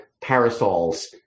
parasols